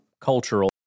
cultural